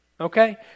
okay